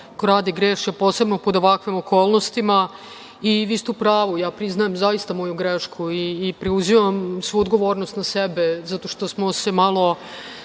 ko radi i greši, a posebno pod ovakvim okolnostima. Vi ste u pravu i ja priznajem zaista moju grešku i preuzimam svu odgovornost na sebe zato što smo se malo,